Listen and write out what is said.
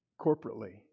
corporately